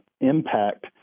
impact